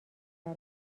برا